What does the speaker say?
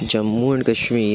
Jammu and Kashmir